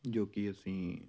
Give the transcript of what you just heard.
ਜੋ ਕਿ ਅਸੀਂ